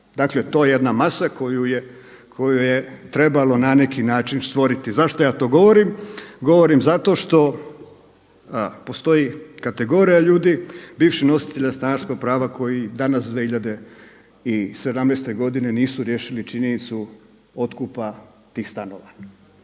Dakle to je jedna masa koju je trebalo na neki način stvoriti. Zašto ja to govorim? Govorim zato što postoji kategorija ljudi bivših nositelja stanarskog prava koji danas 2017. godine nisu riješili činjenicu otkupa tih stanova.